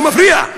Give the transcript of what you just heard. הוא מפריע.